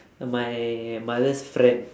uh my mother's friend